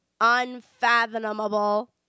unfathomable